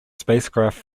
spacecraft